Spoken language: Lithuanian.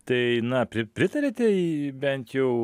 tai na pri pritariate bent jau